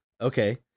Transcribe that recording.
Okay